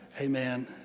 amen